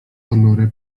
ponury